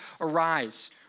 arise